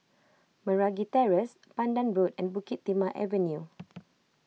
Meragi Terrace Pandan Road and Bukit Timah Avenue